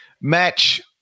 match